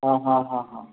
हां हां हां हां